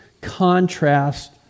contrast